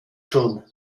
schon